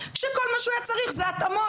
כשכל מה שהוא היה צריך זה התאמות.